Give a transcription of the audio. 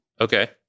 Okay